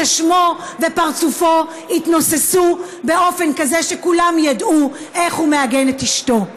ששמו ופרצופו יתנוססו באופן כזה שכולם ידעו איך הוא מעגן את אשתו.